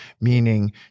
meaning